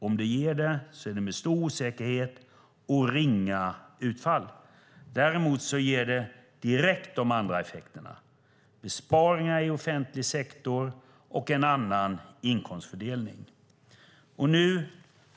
Om det gör det är det med stor osäkerhet och ringa utfall. Däremot ger det direkt de andra effekterna, besparingar i offentlig sektor och en annan inkomstfördelning.